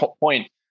point